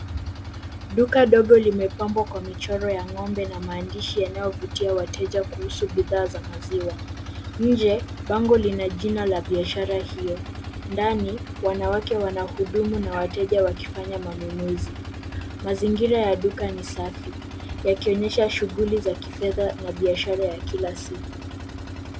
Duka dogo limepambwa kwa michoro ya ng'ombe na maandishi yanayovutia wateja kuhusu bidhaa za maziwa. Nje, bango lina jina ya biashara hilo, ndani wanawake wanahudumu na wateja wakifanya manunuzi. Mazingira ya duka ni safi yakionyesha shughuli za kifedha na biashara za kila siku.